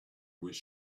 was